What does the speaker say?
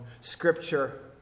Scripture